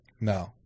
No